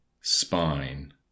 spine